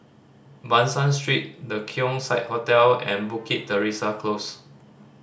Ban San Street The Keong Saik Hotel and Bukit Teresa Close